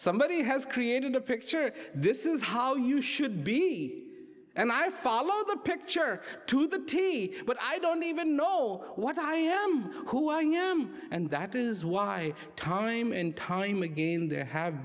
somebody has created a picture this is how you should be and i follow the picture to the t but i don't even know what i am who i am and that is why time and time again there have